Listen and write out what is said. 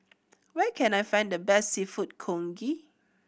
where can I find the best Seafood Congee